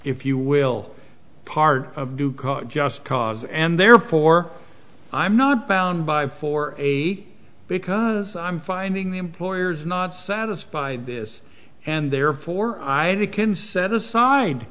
if you will part of due cause just cause and therefore i'm not bound by for a because i'm finding the employers not satisfied this and therefore i can set aside